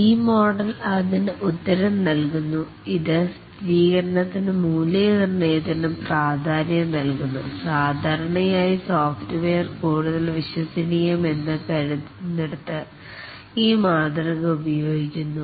V model അതിന് ഉത്തരം നൽകുന്നു ഇത് സ്ഥിരീകരണത്തിനു മൂല്യനിർണ്ണയത്തിനും പ്രാധാന്യം നൽകുന്നു സാധാരണയായി സോഫ്റ്റ്വെയർ കൂടുതൽ വിശ്വസനീയം എന്ന് കരുതുന്നിടത്തു ഈ മാതൃക ഉപയോഗിക്കുന്നു